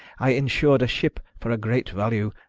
i insured a ship for a great value,